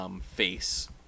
face